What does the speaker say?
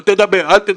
אל תדבר.